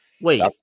Wait